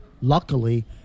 Luckily